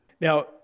Now